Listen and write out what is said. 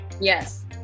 Yes